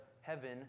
heaven